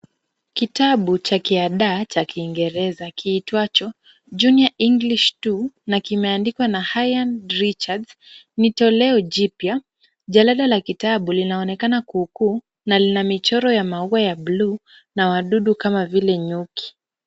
Kitabu cha kiadaa cha Kiingereza kiitwacho Junior English 2 na kimeandikwa na Haydn Richards ni tolea jipya. Jalada la kitabu linaonekana kuu kuu na lina michoro ya maua ya buluu na wadudu kama vile nyuki.